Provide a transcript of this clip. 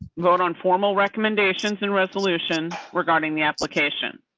vote on formal recommendations and resolutions regarding the application.